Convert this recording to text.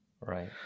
right